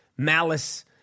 Malice